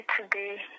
today